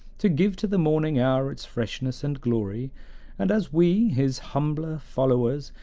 to give to the morning hour its freshness and glory and as we, his humbler followers,